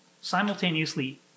simultaneously